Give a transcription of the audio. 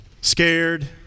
scared